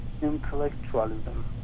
intellectualism